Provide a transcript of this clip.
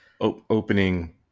opening